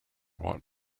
what